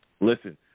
Listen